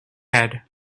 head